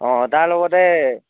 অ' তাৰ লগতে